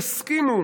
תסכימו